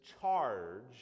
charge